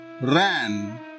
ran